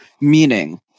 Meaning